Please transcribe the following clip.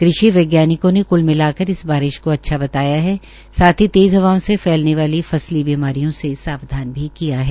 कृषि वैज्ञानिकों ने क्ल मिलाकार इस बारिश को अच्छा बताया है साथ ही तेज़ हवाओं से फैलने वाली फसली बीमारियों से सावधान भी किया है